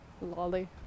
Lolly